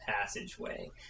passageway